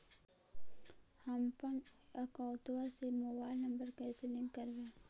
हमपन अकौउतवा से मोबाईल नंबर कैसे लिंक करैइय?